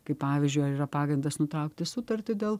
kai pavyzdžiui yra pagrindas nutraukti sutartį dėl